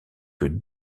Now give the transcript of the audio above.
que